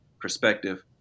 perspective